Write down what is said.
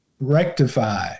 rectify